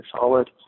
solid